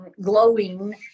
glowing